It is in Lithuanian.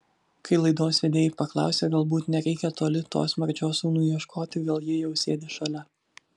kai laidos vedėjai paklausė galbūt nereikia toli tos marčios sūnui ieškoti gal ji jau sėdi šalia